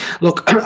Look